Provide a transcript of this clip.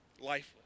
Lifeless